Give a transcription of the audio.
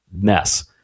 mess